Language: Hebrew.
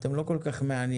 אתם כנראה לא כל כך מעניינים,